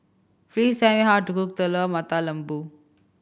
please tell me how to cook Telur Mata Lembu